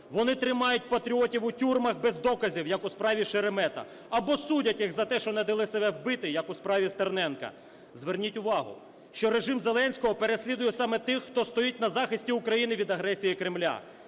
Вони тримають патріотів у тюрмах без доказів, як у справі Шеремета, або судять їх за те, що не дали себе вбити, як у справі Стерненка. Зверніть увагу, що режим Зеленського переслідує саме тих, хто стоїть на захисті України від агресії Кремля.